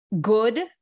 good